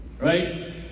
Right